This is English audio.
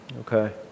okay